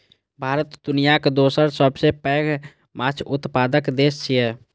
भारत दुनियाक दोसर सबसं पैघ माछ उत्पादक देश छियै